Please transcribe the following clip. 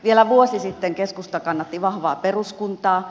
vielä vuosi sitten keskusta kannatti vahvaa peruskuntaa